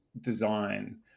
design